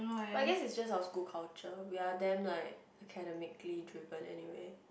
but I guess is just our school culture we're damn like academically driven anyway